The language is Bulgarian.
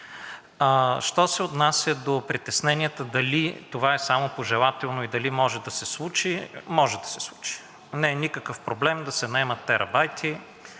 що се отнася до притесненията дали това е само пожелателно и дали може да се случи – може да се случи. Не е никакъв проблем да се наемат терабайти